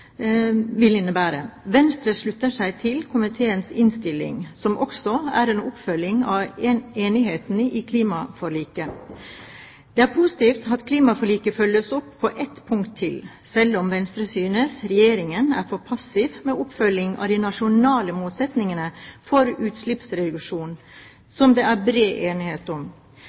vil innebære. Venstre slutter seg til komiteens innstilling, som også er en oppfølging av enigheten i klimaforliket. Det er positivt at klimaforliket følges opp på ett punkt til, selv om Venstre synes Regjeringen er for passiv med oppfølging av de nasjonale målsettingene for utslippsreduksjoner, som det er bred enighet om.